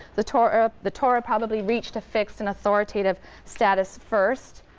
the torah the torah probably reached a fixed and authoritative status first,